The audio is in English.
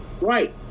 Right